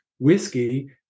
whiskey